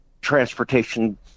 transportation